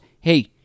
hey